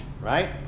right